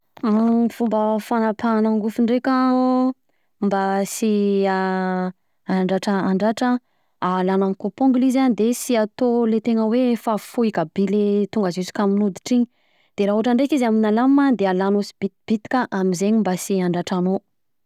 Ny fomba fanapahana angofo ndreka, mba sy handratra handratra alana amin'ny coup ongle izy an de sy atao ilay tegna hoe efa foika be le tonga jusqu’àmin'ny hoditra iny,.de raha ohatra ndreka izy aminà lama de alana sibitibitika am'zegny mba sy handratra anao.